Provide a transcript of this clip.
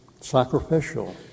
sacrificial